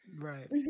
Right